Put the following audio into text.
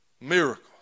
Miracle